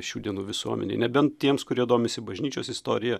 šių dienų visuomenėj nebent tiems kurie domisi bažnyčios istorija